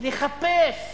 לחפש